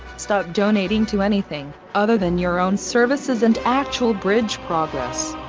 stop donating to anything, other than your own services and actual bridge progress.